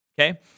Okay